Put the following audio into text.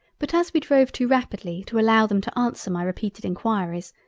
but as we drove too rapidly to allow them to answer my repeated enquiries,